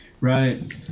Right